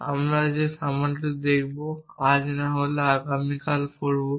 এবং আমরা সেই সামান্যটি দেখব আজ না হলে আগামীকাল করব